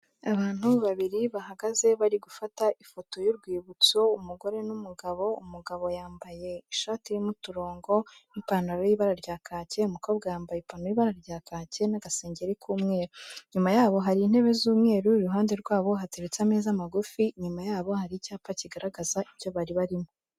Abantu babiri bahagaze bari gufata ifoto y'urwibutso, umugore n'umugabo. Umugabo yambaye ishati y'uturongo n'ipantaro y'ibara rya kake, umukobwa yambaye ipantaroi y'ibara rya kakiyi n'agasengeri k'umweru. Inyuma yabo hari intebe z'umweru, iruhande rwabo hateretse ameza magufi, inyuma yabo hari icyapa kigaragaza ibyo bari barimo.